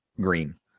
green